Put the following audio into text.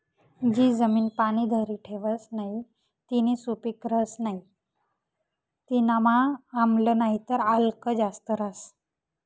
जी जमीन पाणी धरी ठेवस नही तीनी सुपीक रहस नाही तीनामा आम्ल नाहीतर आल्क जास्त रहास